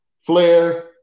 Flair